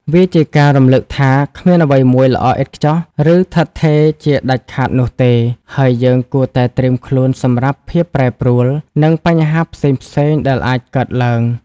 វាជាការរំលឹកថា គ្មានអ្វីមួយល្អឥតខ្ចោះ ឬឋិតថេរជាដាច់ខាតនោះទេ ហើយយើងគួរតែត្រៀមខ្លួនសម្រាប់ភាពប្រែប្រួល និងបញ្ហាផ្សេងៗដែលអាចកើតឡើង។